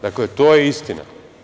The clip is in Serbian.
Dakle, to je istina.